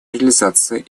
реализации